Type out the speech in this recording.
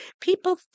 People